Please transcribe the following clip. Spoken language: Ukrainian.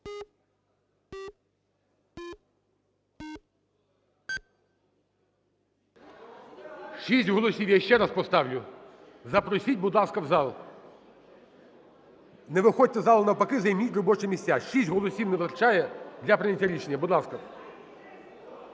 Шість голосів. Я ще раз поставлю. Запросіть, будь ласка, в зал. Не виходьте з залу, навпаки, займіть робочі місця. Шість голосів не вистачає для прийняття рішення. Будь ласка,